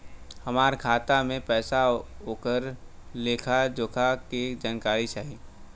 हमार खाता में पैसा ओकर लेखा जोखा के जानकारी चाही?